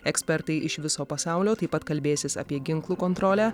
ekspertai iš viso pasaulio taip pat kalbėsis apie ginklų kontrolę